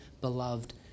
beloved